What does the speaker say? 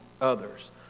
others